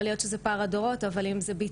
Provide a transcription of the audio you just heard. והמניעה כנראה צריכה להיות שונה.